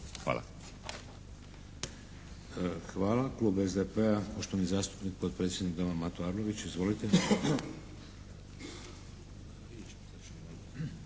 (HDZ)** Hvala. Klub SDP-a poštovani zastupnik, potpredsjednik Doma Mato Arlović. Izvolite.